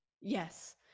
yes